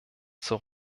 zur